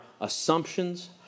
assumptions